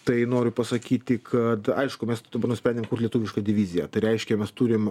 tai noriu pasakyti kad aišku mes nusprendėm kurt lietuvišką diviziją tai reiškia mes turim